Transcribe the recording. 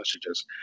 messages